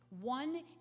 one